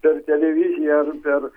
per televiziją ar per